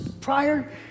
prior